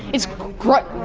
it's quite